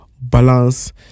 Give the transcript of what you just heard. Balance